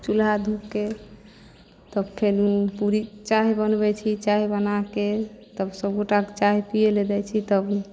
चुल्हा धोके तब फेनु पूड़ी चाह बनबै छी चाह बनाके तब सबगोटाके चाह पियै लए दै छी तब